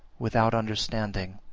without understanding,